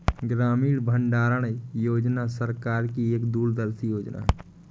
ग्रामीण भंडारण योजना सरकार की एक दूरदर्शी योजना है